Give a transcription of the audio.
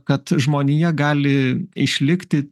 kad žmonija gali išlikti